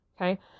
okay